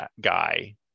guy